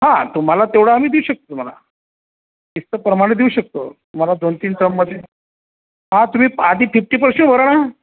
हां तुम्हाला तेवढं आम्ही देऊ शकतो तुम्हाला किस्त प्रमाणे देऊ शकतो तुम्हाला दोन तीन टर्ममध्ये हां तुम्ही आधी फिफ्टी पर्सेंट भरा ना